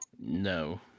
no